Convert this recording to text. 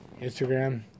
Instagram